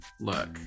look